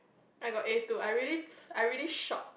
I got A two I really I really shock